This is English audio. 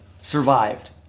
survived